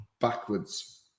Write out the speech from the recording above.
backwards